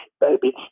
Baby